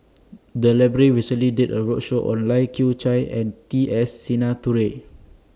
The Library recently did A roadshow on Lai Kew Chai and T S Sinnathuray